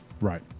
Right